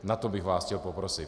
O to bych vás chtěl poprosit.